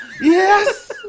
Yes